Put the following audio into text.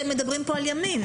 אבל אתם מדברים פה על ימים,